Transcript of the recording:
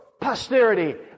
posterity